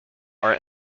are